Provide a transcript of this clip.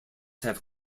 have